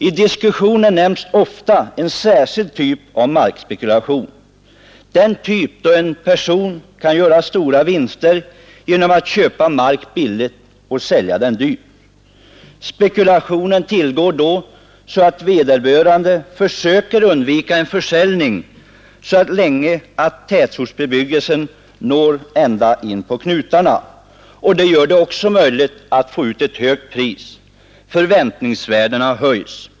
I diskussionen nämns ofta en särskild typ av markspekulation, den typ då en person kan göra stora vinster genom att köpa mark billigt och sälja den dyrt. Spekulationen tillgår då så att vederbörande försöker undvika en försäljning så länge att tätortsbebyggelsen når ända in på knutarna. Detta gör det möjligt att få ut ett högt pris. Förväntningsvärdena höjs.